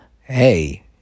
hey